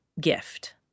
gift